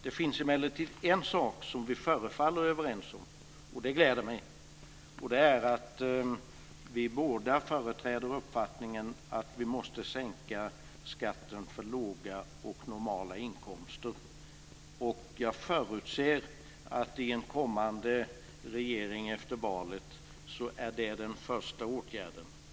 Det finns emellertid en sak som vi förefaller vara överens om, och det gläder mig. Det är att vi både företräder uppfattningen att vi måste sänka skatten för människor med låga och normala inkomster. Jag förutsätter att det är den första åtgärden för en kommande regering efter valet.